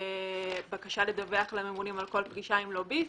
בקשה לדווח לממונים על כל פגישה עם לוביסט,